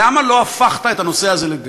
למה לא הפכת את הנושא הזה לדגל,